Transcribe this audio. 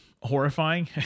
horrifying